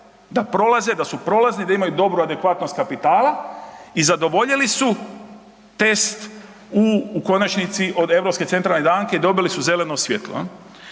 da su prolazni da imaju dobru adekvatnost kapitala i zadovoljili su test u konačnici, od Europske centralne banke dobili su zeleno svjetlo.